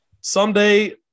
Someday